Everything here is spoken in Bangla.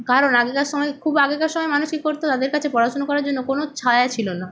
কারণ আগেকার সময় খুব আগেকার সময় মানুষ কী করত তাদের কাছে পড়াশুনো করার জন্য কোনো ছায়া ছিল না